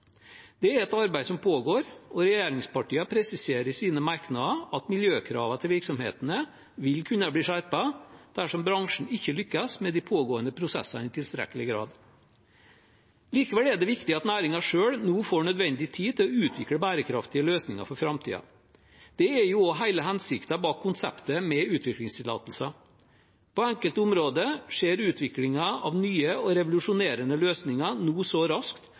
Det er et arbeid som pågår, og regjeringspartiene presiserer i sine merknader at miljøkravene til virksomhetene vil kunne bli skjerpet dersom bransjen ikke lykkes med de pågående prosessene i tilstrekkelig grad. Likevel er det viktig at næringen selv nå får nødvendig tid til å utvikle bærekraftige løsninger for framtiden. Det er jo også hele hensikten bak konseptet med utviklingstillatelser. På enkelte områder skjer utviklingen av nye og revolusjonerende løsninger nå så raskt